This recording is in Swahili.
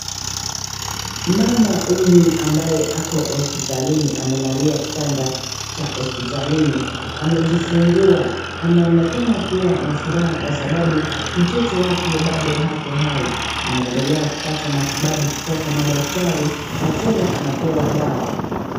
Mama huyu ambaye ako hospitalini amelalia kitanda cha hospitalini, amejifungua, naninekana kuwa na furaha kwasababu mtoto wake bado ako hai, ameendelea kupata matibabu kutoka madaktari, na tena anapewa dawa.